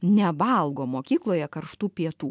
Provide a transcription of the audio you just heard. nevalgo mokykloje karštų pietų